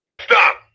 Stop